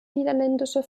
niederländische